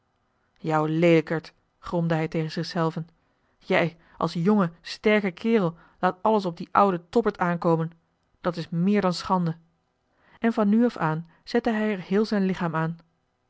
jou leelijkerd gromde hij tegen zichzelven jij als jonge sterke kerel laat alles op dien ouden tobberd aankomen dat is meer dan schande en van nu af aan zette hij er heel zijn lichaam aan